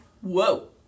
Whoa